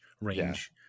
range